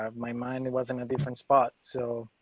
um my mind was in a different spot. so,